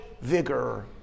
vigor